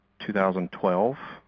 2012